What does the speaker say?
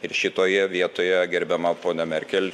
ir šitoje vietoje gerbiama ponia merkel